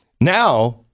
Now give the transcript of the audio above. now